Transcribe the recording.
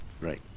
right